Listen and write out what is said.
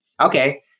Okay